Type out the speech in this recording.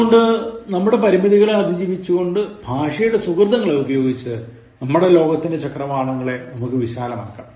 അതുകൊണ്ട് നമ്മുടെ പരിമിതികളെ അതിജീവിച്ചുകൊണ്ട് ഭാഷയുടെ സുകൃതങ്ങൾ ഉപയോഗിച്ച് നമ്മുടെ ലോകത്തിന്റെ ചക്രവാളങ്ങൾ നമുക്കു വിശാലമാക്കാം